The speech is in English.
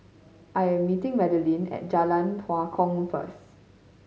I am meeting Madeleine at Jalan Tua Kong first